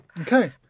Okay